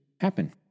happen